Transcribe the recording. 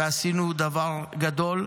ועשינו דבר גדול.